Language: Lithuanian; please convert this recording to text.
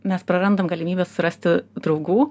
mes prarandam galimybę susirasti draugų